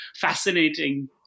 fascinating